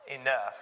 enough